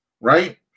Right